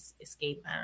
Escape